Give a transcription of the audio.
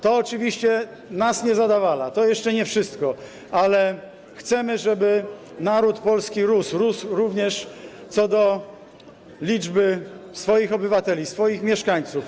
To oczywiście nas nie zadowala, to jeszcze nie wszystko, ale chcemy, żeby naród polski rósł, rósł również co do liczby swoich obywateli, swoich mieszkańców.